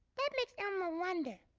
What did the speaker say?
that makes elmo wonder,